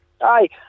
Hi